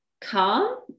calm